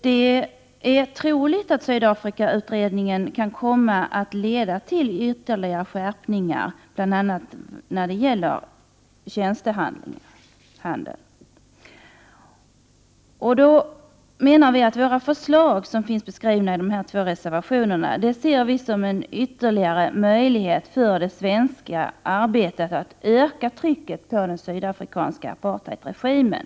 Det är troligt att Sydafrikautredningens arbete kan komma att leda till ytterligare skärpningar, bl.a. när det gäller tjänstehandeln. Våra förslag, som finns beskrivna i de två reservationerna, skulle innebära ytterligare möjlighet för det svenska arbetet att öka trycket på den sydafrikanska apartheidregimen.